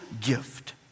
gift